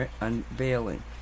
unveiling